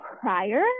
prior